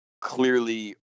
clearly